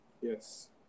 Yes